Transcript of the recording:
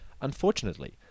Unfortunately